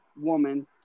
woman